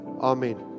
Amen